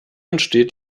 entsteht